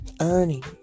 earning